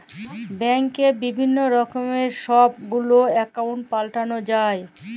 ব্যাংকে বিভিল্ল্য রকমের ছব গুলা একাউল্ট পাল্টাল যায়